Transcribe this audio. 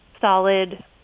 solid